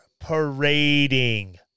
parading